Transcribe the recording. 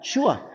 Sure